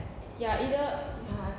ya either uh